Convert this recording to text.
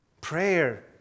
Prayer